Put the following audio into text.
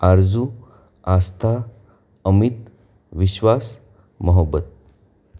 Arzoo Aastha Amit Vishwas Mahabat